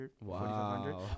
wow